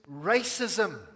racism